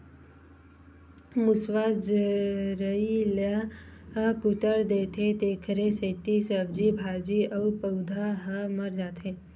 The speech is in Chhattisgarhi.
मूसवा जरई ल कुतर देथे तेखरे सेती सब्जी भाजी के पउधा ह मर जाथे